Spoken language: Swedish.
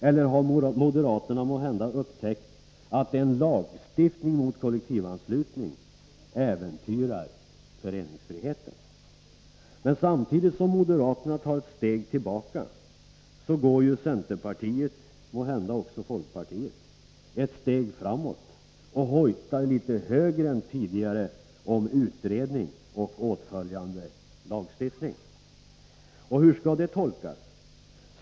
Eller har moderaterna måhända upptäckt att en lagstiftning mot kollektivanslutning äventyrar föreningsfriheten? Men samtidigt som moderaterna tar ett steg tillbaka, så går ju centerpartiet — och kanske även folkpartiet — ett steg framåt och hojtar litet högre än tidigare om utredning och åtföljande lagstiftning. Hur skall det tolkas?